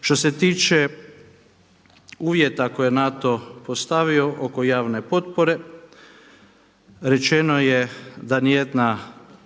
Što se tiče uvjeta koje je NATO postavio oko javne potpore rečeno je da ni jedna,